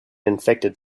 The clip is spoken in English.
infected